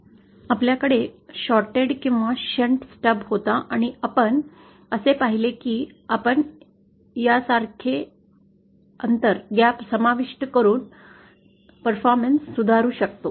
आपल्याकडे शॉर्टेड किंवा shunt stub होता आणि आपण असे पाहिले की आपण यासारखे ग्याप ने समाविष्ट करुण कामगिरी सुधारू शकतो